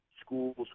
schools